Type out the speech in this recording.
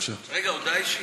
רגע, הודעה אישית.